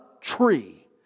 tree